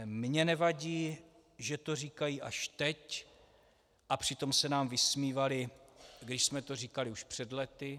Mně nevadí, že to říkají až teď, a přitom se nám vysmívali, když jsme to říkali už před lety.